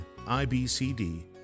IBCD